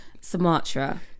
Sumatra